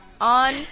on